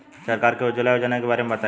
सरकार के उज्जवला योजना के बारे में बताईं?